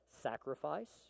sacrifice